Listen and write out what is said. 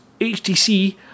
HTC